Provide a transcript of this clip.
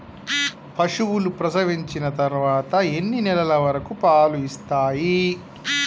పశువులు ప్రసవించిన తర్వాత ఎన్ని నెలల వరకు పాలు ఇస్తాయి?